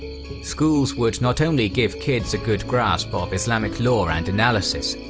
schools would not only give kids a good grasp of islamic law and analysis,